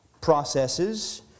processes